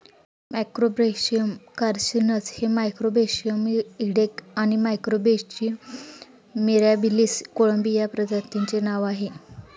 Macrobrachium carcinus हे Macrobrachium इडेक आणि मॅक्रोब्रॅचियम मिराबिलिस कोळंबी या प्रजातींचे नाव आहे